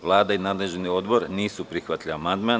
Vlada i nadležni odbor nisu prihvatili amandman.